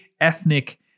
ethnic